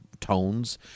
tones